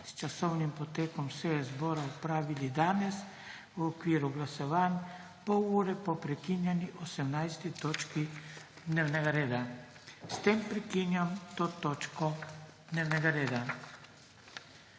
s časovnim potekom seje zbora opravili danes v okviru glasovanj, pol ure po prekinjeni 18. točki dnevnega reda. S tem prekinjam to točko dnevnega reda.